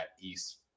East